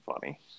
funny